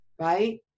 right